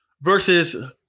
versus